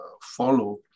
follow